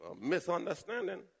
Misunderstanding